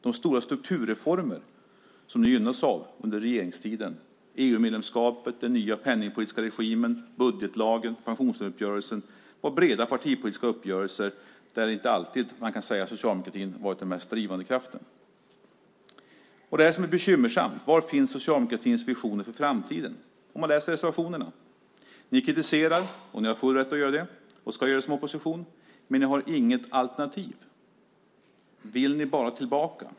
De stora strukturreformer som ni har gynnats av under regeringstiden - EU-medlemskapet, den nya penningpolitiska regimen, budgetlagen, pensionsuppgörelsen - var breda partipolitiska uppgörelser där man inte alltid kan säga att socialdemokratin har varit den mest drivande kraften. Det är detta som är bekymmersamt. Var finns socialdemokratins visioner för framtiden? I reservationerna kritiserar ni - ni har full rätt att göra det och ska som opposition göra det - men ni har inget alternativ. Vill ni bara tillbaka?